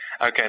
Okay